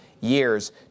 years